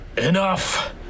Enough